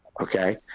Okay